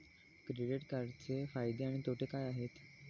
Credit कार्डचे फायदे आणि तोटे काय आहेत?